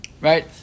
Right